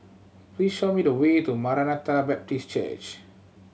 please show me the way to Maranatha Baptist Church